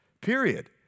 period